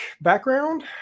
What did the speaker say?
background